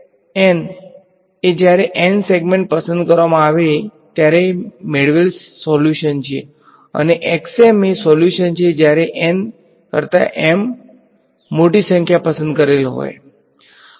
તેથી x n એ જ્યારે N સેગમેન્ટ્સ પસંદ કરવામાં આવે ત્યારે મેળવેલ સોલ્યુશન છે અને x m એ સોલ્યુશન છે જ્યારે N કરતાં m મોટી સંખ્યા પસંદ કરેલ હોય ત્યારે